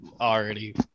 already